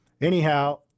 anyhow